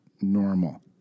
normal